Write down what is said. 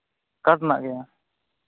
ᱠᱟᱴᱷ ᱨᱮᱱᱟᱜ ᱜᱮ